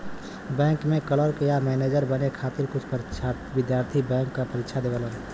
bank में clerk या manager बने खातिर कुछ विद्यार्थी बैंक क परीक्षा देवलन